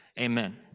amen